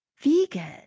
vegan